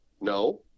no